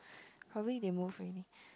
probably they move already